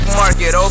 market